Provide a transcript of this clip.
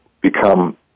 become